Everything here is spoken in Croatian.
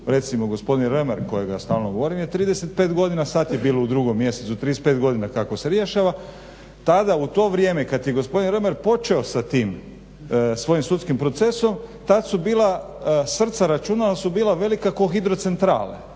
se ne razumije./… kojeg ja stalno govorim je 35 godina, sad je bilo u drugom mjesecu 35 godina kako se rješava. Tada u to vrijeme kad je gospodin …/Govornik se ne razumije./… počeo sa tim svojim sudskim procesom tad su bila srca računala su bila velika ko hidrocentrale.